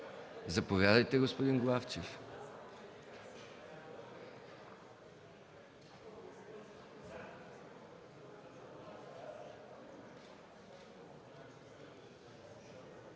Заповядайте, господин Гечев.